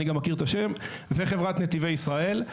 וחברת נתיבי ישראל.